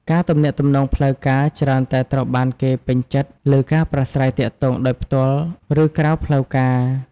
ការទំនាក់ទំនងផ្លូវការច្រើនតែត្រូវបានគេពេញចិត្តលើការប្រាស្រ័យទាក់ទងដោយផ្ទាល់ ឬក្រៅផ្លូវការ។